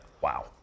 Wow